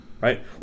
right